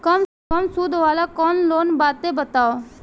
कम सूद वाला कौन लोन बाटे बताव?